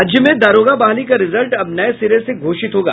राज्य में दारोगा बहाली का रिजल्ट अब नये सिरे से घोषित होगा